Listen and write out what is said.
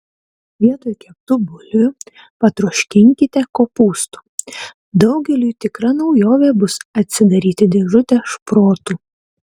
vietoj keptų bulvių patroškinkite kopūstų daugeliui tikra naujovė bus atsidaryti dėžutę šprotų